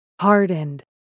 hardened